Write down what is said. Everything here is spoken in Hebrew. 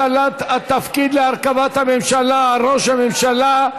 הטלת התפקיד להרכבת הממשלה על ראש מפלגה).